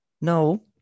No